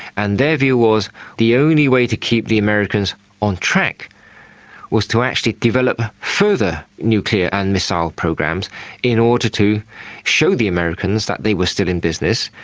and their view was the only way to keep the americans on track was to actually develop further nuclear and missile programs in order to show the americans that they were still in business,